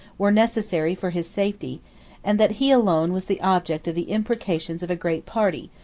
were necessary for his safety and that he alone was the object of the imprecations of a great party,